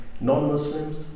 non-Muslims